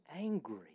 angry